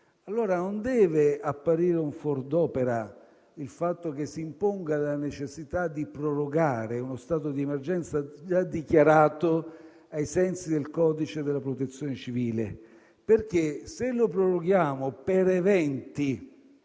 Allora non deve apparire un fuor d'opera il fatto che si imponga la necessità di prorogare uno stato di emergenza dichiarato ai sensi del codice della Protezione civile. Se lo proroghiamo infatti